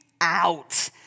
out